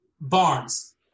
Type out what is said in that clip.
Barnes